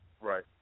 Right